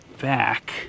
back